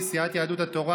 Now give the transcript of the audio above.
סיעת יהדות התורה,